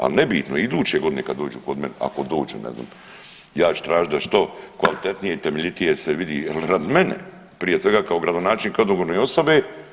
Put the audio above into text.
Ali nebitno, iduće godine kad dođu kod mene, ako dođu ne znam, ja ću tražiti da što kvalitetnije i temeljitije se vidi radi mene prije svega kao gradonačelnika i odgovorne osobe.